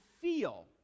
feel